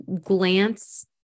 glance